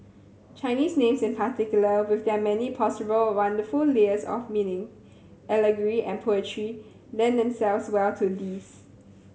Chinese names in particular with their many possible wonderful layers of meaning allegory and poetry lend themselves well to this